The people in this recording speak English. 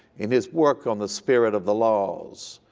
in his work on the spirit of the laws,